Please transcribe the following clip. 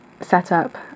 setup